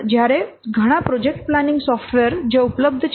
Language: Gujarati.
જ્યારે ઘણા પ્રોજેક્ટ પ્લાનિંગ સોફ્ટવેર જે ઉપલબ્ધ છે